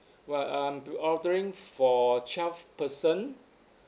well I'm be ordering for twelve person